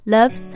Love